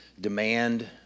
demand